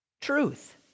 truth